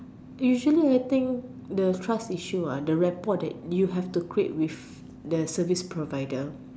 usually I think the trust issue ah the rapport that you have to create with the service provider